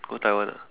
go Taiwan ah